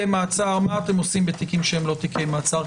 מה אתם עושים בתיקים שאינם תיקי מעצר?